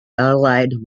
allied